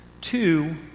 Two